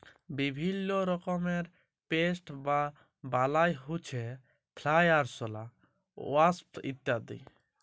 বিভিল্য রকমের পেস্ট বা বালাই হউচ্ছে ফ্লাই, আরশলা, ওয়াস্প ইত্যাদি